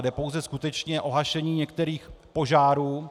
Jde pouze skutečně o hašení některých požárů.